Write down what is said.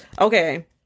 okay